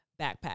backpack